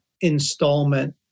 installment